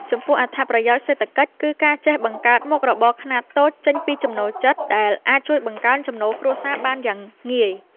ចំពោះ អត្ថប្រយោជន៍សេដ្ឋកិច្ច គឺការចេះបង្កើតមុខរបរខ្នាតតូចចេញពីចំណូលចិត្ត ដែលអាចជួយបង្កើនចំណូលគ្រួសារបានយ៉ាងងាយ។